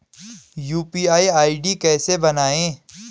UPI ID कैसे बनायें?